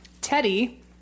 teddy